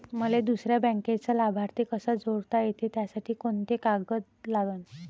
मले दुसऱ्या बँकेचा लाभार्थी कसा जोडता येते, त्यासाठी कोंते कागद लागन?